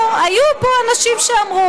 היו פה, היו פה אנשים שאמרו.